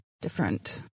different